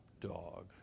dog